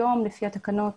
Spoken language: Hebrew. היום לפי התקנות